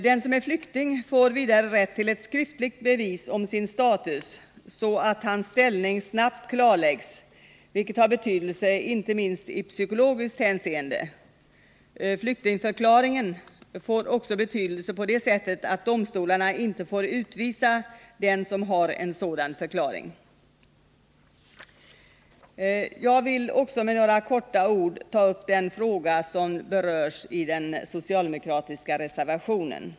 Den som är flykting får vidare rätt till ett skriftligt bevis om sin status, så att hans ställning snabbt klarläggs, vilket har betydelse inte minst i psykologiskt hänseende. Flyktingförklaringen får också betydelse på det sättet att domstolarna inte får utvisa den som har en sådan förklaring. Jag vill också med några ord ta upp den fråga som berörs i den socialdemokratiska reservationen.